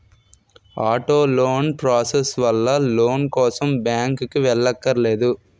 auto loan process వల్ల loan కోసం బ్యాంకుకి వెళ్ళక్కర్లేదు